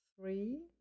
three